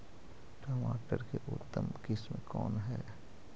टमाटर के उतम किस्म कौन है?